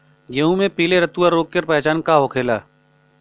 गेहूँ में पिले रतुआ रोग के पहचान का होखेला?